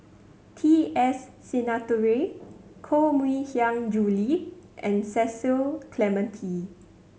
T S Sinnathuray Koh Mui Hiang Julie and Cecil Clementi